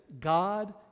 God